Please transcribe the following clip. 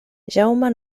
jaume